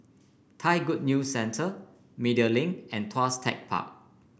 Thai Good New Centre Media Link and Tuas Tech Park